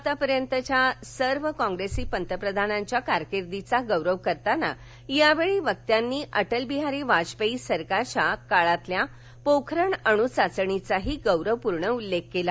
आतापर्यंतच्या सर्व कॉप्रेसी पंतप्रधानांच्या कारकिर्दीचा गौरव करताना यावेळी वक्त्यांनी अटलबिहारी वाजपेयी सरकारच्या काळातील पोखरण अणु चाचणीचाही गौरवपूर्ण उल्लेख केला